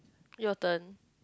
your turn